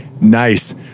Nice